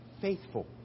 faithful